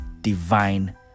divine